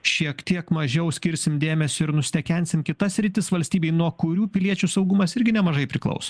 šiek tiek mažiau skirsim dėmesio ir nustekensim kitas sritis valstybėj nuo kurių piliečių saugumas irgi nemažai priklauso